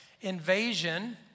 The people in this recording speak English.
invasion